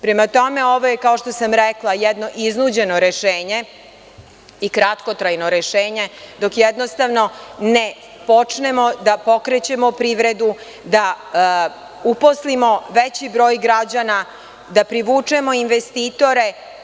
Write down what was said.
Prema tome, ova je kao što sam rekla jedno iznuđeno rešenje i kratko trajno rešenje dok jednostavno ne počnemo da pokrećemo privredu, da uposlimo veći broj građana, da privučemo investitore.